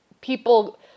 people